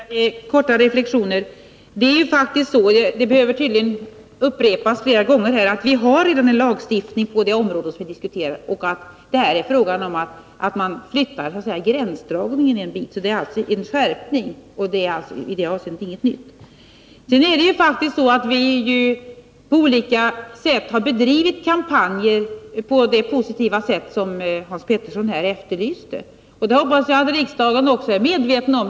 Fru talman! Bara några korta reflexioner. Vi har faktiskt redan — det behöver tydligen upprepas flera gånger — en lagstiftning på det område som vi diskuterar, och nu är det fråga om att flytta gränsdragningen en bit. Det gäller alltså en skärpning, men i övrigt innebär förslaget ingenting nytt. På olika sätt har vi också bedrivit kampanjer på det positiva sätt som Hans Pettersson i Helsingborg efterlyste, och det hoppas jag att riksdagen är medveten om.